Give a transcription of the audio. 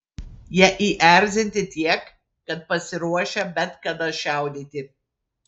jie įerzinti tiek kad pasiruošę bet kada šaudyti